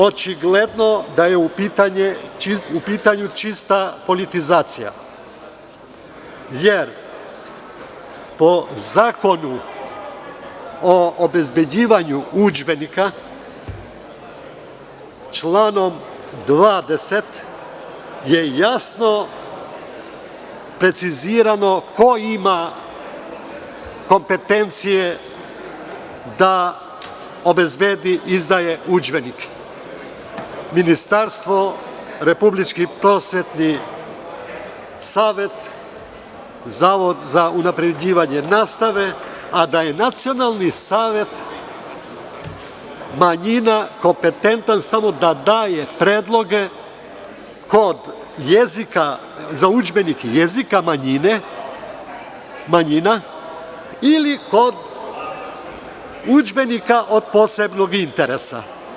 Očigledno da je u pitanju čista politizacija, jer po Zakonu o obezbeđivanju učenika po članu 20. je jasno precizirano ko ima kompetencije da obezbedi i izdaje udžbenike – Ministarstvo, Republički prosvetni savet, Zavod za unapređivanje nastave, a da je Nacionalni savet manjina kompetentan da daje predloge za jezik za udžbenike manjina ili kod udžbenika od posebnog interesa.